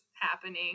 happening